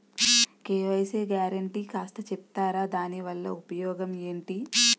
KYC guarantee కాస్త చెప్తారాదాని వల్ల ఉపయోగం ఎంటి?